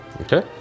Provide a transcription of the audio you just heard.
Okay